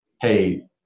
hey